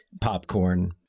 popcorn